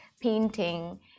painting